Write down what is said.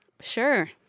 Sure